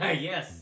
Yes